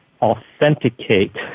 authenticate